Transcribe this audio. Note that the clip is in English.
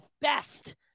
best